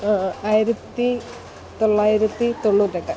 ആയിരത്തി തൊള്ളായിരത്തി തൊണ്ണൂറ്റെട്ട്